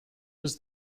was